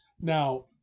Now